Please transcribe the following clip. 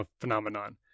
phenomenon